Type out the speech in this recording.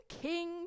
King